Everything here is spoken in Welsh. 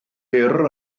byr